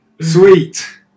Sweet